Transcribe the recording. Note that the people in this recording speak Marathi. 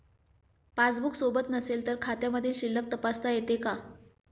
पासबूक सोबत नसेल तर खात्यामधील शिल्लक तपासता येते का?